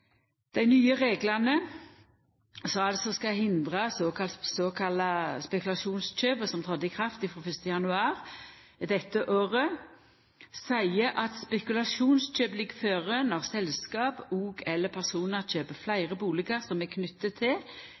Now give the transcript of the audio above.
Dei nye reglane som skal hindra såkalla spekulasjonskjøp, og som tredde i kraft frå 1. januar i år, seier at spekulasjonskjøp ligg føre når selskap og/eller personar kjøper fleire bustader som er knytte til,